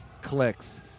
clicks